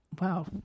Wow